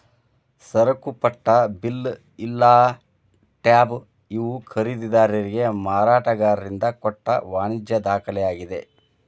ಸರಕುಪಟ್ಟ bill ಇಲ್ಲಾ tab ಇವು ಖರೇದಿದಾರಿಗೆ ಮಾರಾಟಗಾರರಿಂದ ಕೊಟ್ಟ ವಾಣಿಜ್ಯ ದಾಖಲೆಯಾಗಿದೆ